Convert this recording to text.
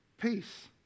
peace